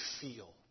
feel